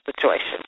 situation